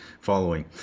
following